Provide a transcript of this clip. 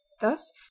thus